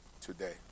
today